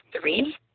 three